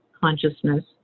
consciousness